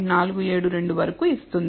472 వరకు ఇస్తుంది